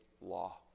law